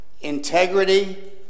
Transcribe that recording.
integrity